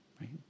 right